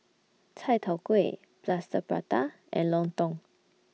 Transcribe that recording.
Chai Tow Kuay Plaster Prata and Lontong